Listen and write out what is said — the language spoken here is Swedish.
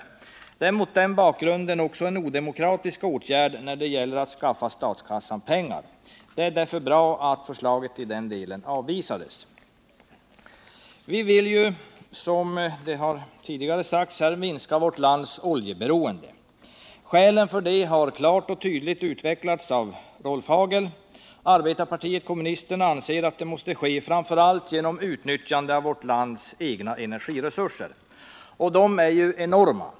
Regeringens förslag innebär mot den bakgrunden också en odemokratisk åtgärd när det gäller att skaffa statskassan pengar. Därför är det bra att förslaget i denna del avvisas av utskottet. Som tidigare har sagts här vill vi minska vårt lands oljeberoende. Skälen för detta har tydligt och klart utvecklats av Rolf Hagel. Arbetarpartiet kommunisterna anser att detta måste ske framför allt genom utnyttjande av vårt lands egna energiresurser. Och de är enorma.